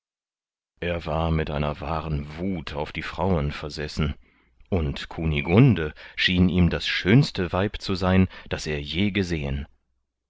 er war mit einer wahren wuth auf die frauen versessen und kunigunde schien ihm das schönste weib zu sein das er je gesehen